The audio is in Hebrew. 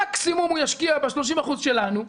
מקסימום הוא ישקיע ב-30 אחוזים שלנו,